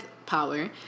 power